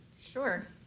Sure